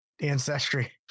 ancestry